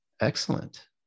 Excellent